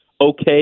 okay